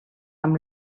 amb